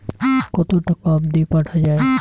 কতো টাকা অবধি পাঠা য়ায়?